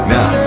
Now